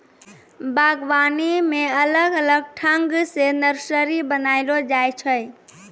बागवानी मे अलग अलग ठंग से नर्सरी बनाइलो जाय छै